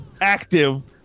Active